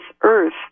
earth